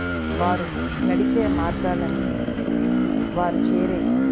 వారు నడిచే మార్గాలని వారు చేరే